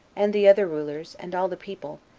and the other rulers, and all the people,